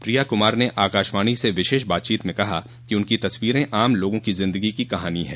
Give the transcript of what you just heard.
प्रिया कुमार ने आकशवाणी से विशेष बातचीत म कहा कि उनकी तस्वीरें आम लोगों की जिन्दगी की कहानी है